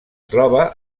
troba